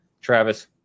Travis